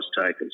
takers